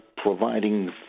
providing